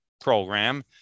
program